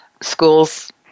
schools